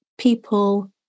People